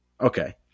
Okay